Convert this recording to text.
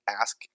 ask